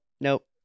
nope